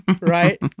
Right